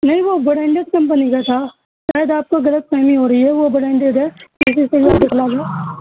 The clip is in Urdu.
نہیں وہ برانڈیڈ کمپنی کا تھا شاید آپ کو غلط فہمی ہو رہی ہے وہ بر انڈیڈ ہے کسی سے دکھلا لو